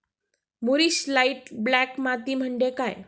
मूरिश light black माती म्हणजे काय?